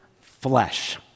flesh